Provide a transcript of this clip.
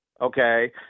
Okay